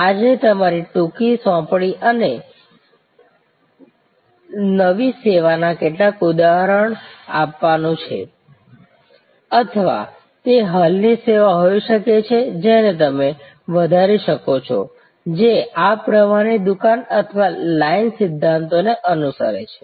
આજની તમારી ટૂંકી સોંપણી મને નવી સેવાના કેટલાક ઉદાહરણ આપવાનું છે અથવા તે હાલની સેવા હોઈ શકે છે જેને તમે વધારી શકો છો જે આ પ્રવાહ ની દુકાન અથવા લાઇન સિદ્ધાંતને અનુસરે છે